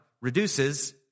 reduces